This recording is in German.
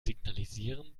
signalisieren